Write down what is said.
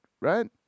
right